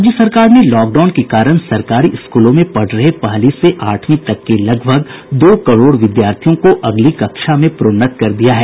राज्य सरकार ने लॉकडाउन के कारण सरकारी स्कूलों में पढ़ रहे पहली से आठवीं तक के लगभग दो करोड़ विद्यार्थियों को अगली कक्षा में प्रोन्नत कर दिया है